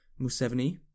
Museveni